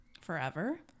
Forever